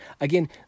Again